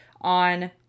on